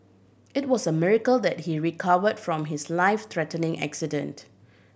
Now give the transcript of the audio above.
it was a miracle that he recovered from his life threatening accident